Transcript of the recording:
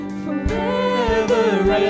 forever